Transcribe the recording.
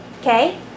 Okay